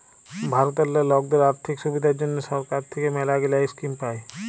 ভারতেল্লে লকদের আথ্থিক সুবিধার জ্যনহে সরকার থ্যাইকে ম্যালাগিলা ইস্কিম পায়